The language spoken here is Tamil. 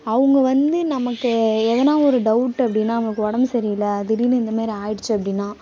அவங்க வந்து நமக்கு ஏதனா ஒரு டவுட்டு அப்படின்னா நமக்கு உடம்பு சரியில்லை திடீர்னு இந்த மாதிரி ஆயிடுச்சு அப்படின்னா